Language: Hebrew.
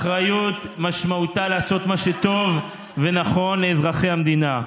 משמעותה לעשות מה שטוב ונכון לאזרחי המדינה,